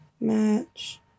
Match